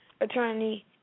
attorney